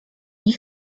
nie